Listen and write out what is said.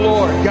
Lord